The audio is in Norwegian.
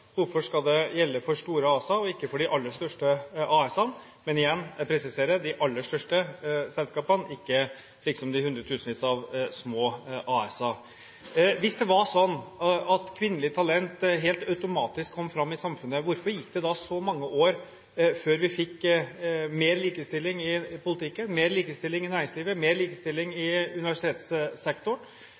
Hvorfor skal det gjelde for store ASA-er og ikke for de aller største AS-ene? Men igjen presiserer jeg: Det dreier seg om de aller største selskapene, ikke de hundretusenvis av små AS-er. Hvis det var sånn at kvinnelige talenter helt automatisk kom fram i samfunnet, hvorfor gikk det da så mange år før vi fikk mer likestilling i politikken, mer likestilling i næringslivet og mer likestilling i universitetssektoren?